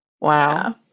wow